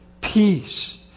peace